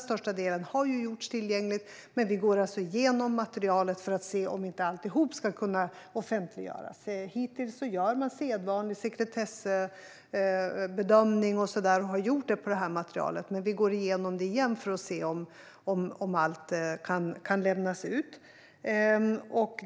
Största delen har ju gjorts tillgänglig, men vi går alltså igenom materialet igen för att se om inte alltihop skulle kunna offentliggöras. Hittills har man gjort sedvanlig sekretessbedömning av materialet, men vi går nu igenom det igen för att se om allt kan lämnas ut.